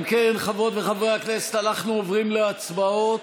אם כן, חברות וחברי הכנסת, אנחנו עוברים להצבעות